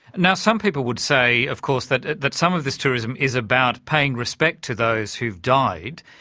now some people would say of course, that that some of this tourism is about paying respect to those who've died,